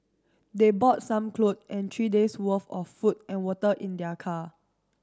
they brought some clothes and three days worth of food and water in their car